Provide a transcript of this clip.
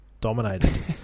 dominated